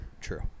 True